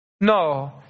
No